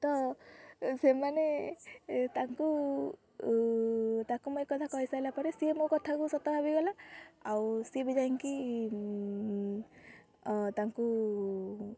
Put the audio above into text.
ତ ସେମାନେ ତାଙ୍କୁ ତାକୁ ମୁଁ ଏ କଥା କହିସାରିଲା ପରେ ସିଏ ମୋ କଥାକୁ ସତ ଭାବିଗଲା ଆଉ ସିଏ ବି ଯାଇକି ତାଙ୍କୁ